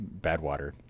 Badwater